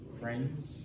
friends